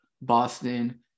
Boston